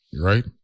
right